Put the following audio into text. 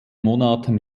monaten